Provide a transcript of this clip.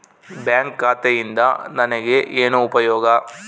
Bank ಖಾತೆಯಿಂದ ನನಗೆ ಏನು ಉಪಯೋಗ?